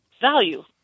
Value